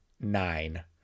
nine